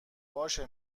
باشه